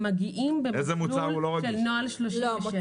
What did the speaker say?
הם מגיעים במסלול של נוהל 37. איזה מוצר הוא לא רגיש?